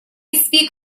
speak